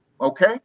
okay